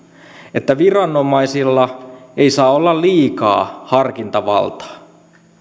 että viranomaisilla ei saa olla liikaa harkintavaltaa